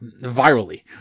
virally